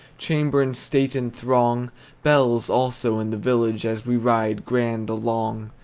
chamber and state and throng bells, also, in the village, as we ride grand along.